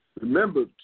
remember